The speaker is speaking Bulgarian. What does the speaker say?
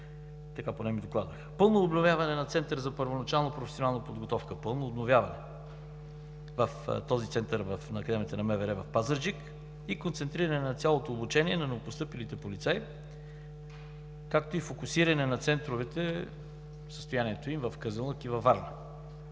Така поне ми докладваха. Пълно обновяване на Център за първоначална професионална подготовка. Пълно обновяване! В Центъра на Академията на МВР в Пазарджик и концентриране на цялото обучение на новопостъпилите полицаи, както и фокусиране върху състоянието на центровете в Казанлък и във Варна.